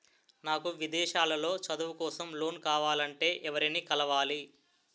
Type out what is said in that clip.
నాకు విదేశాలలో చదువు కోసం లోన్ కావాలంటే ఎవరిని కలవాలి?